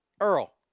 Earl